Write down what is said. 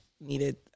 needed